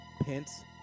Pence